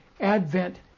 Advent